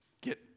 Get